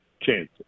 chances